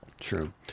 True